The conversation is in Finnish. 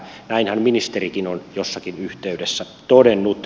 näinhän ministerikin on jossakin yhteydessä todennut